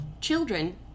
Children